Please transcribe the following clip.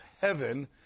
heaven